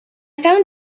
found